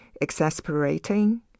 exasperating